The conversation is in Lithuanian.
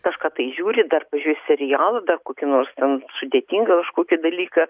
kažką tai žiūri dar pažiūrės serialą dar kokį nors ten sudėtingą kažkokį dalyką